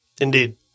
Indeed